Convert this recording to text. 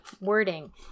wording